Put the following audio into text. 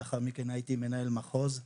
ולאחר מכן הייתי מנהל מחוז.